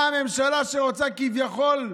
באה הממשלה, שרוצה כביכול,